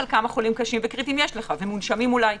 הם במגן אבות, הם נבדקים כל שבוע.